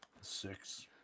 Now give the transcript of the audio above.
six